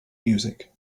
music